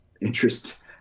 interest